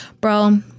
bro